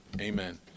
amen